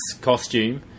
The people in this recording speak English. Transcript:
costume